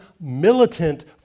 militant